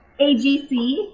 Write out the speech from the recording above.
AGC